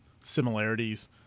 similarities